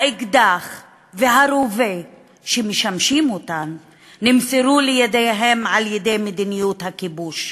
האקדח והרובה שמשמשים אותם נמסרו לידיהם על-ידי מדיניות הכיבוש.